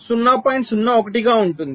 01 గా ఉంటుంది